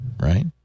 right